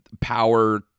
power